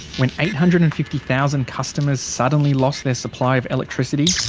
when eight hundred and fifty thousand customers suddenly lost their supply of electricity?